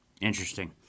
Interesting